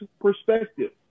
perspective